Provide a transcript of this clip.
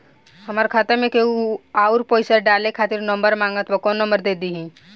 हमार खाता मे केहु आउर पैसा डाले खातिर नंबर मांगत् बा कौन नंबर दे दिही?